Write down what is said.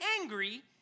angry